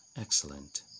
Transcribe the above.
Excellent